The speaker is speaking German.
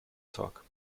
tag